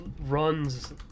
runs